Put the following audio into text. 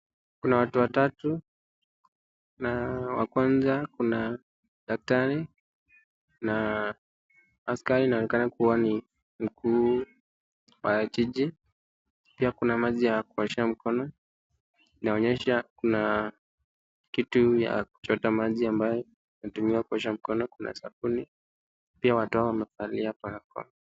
Kuna watu watatu wa kwanza kuna daktari na askari anaonekana kuwa ni mkuu wa kijiji, pia kuna maji ya kuoshea mkono inaonyesha kuna kitu ya kuchota maji ambayo inatumiwa kuosha mkono kuna sabuni pia watu wamevalia barakoa.